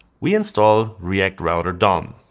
we install react router dom.